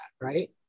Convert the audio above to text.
right